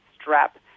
strap